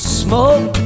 smoke